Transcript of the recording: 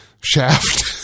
shaft